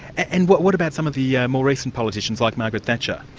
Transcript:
and what what about some of the yeah more recent politicians, like margaret thatcher?